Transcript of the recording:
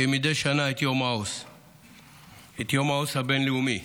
כמדי שנה, את יום העו"ס הבין-לאומי,